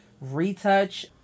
retouch